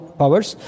powers